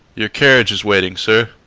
your carriage is waiting, sir.